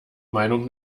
meinung